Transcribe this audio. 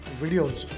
videos